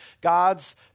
God's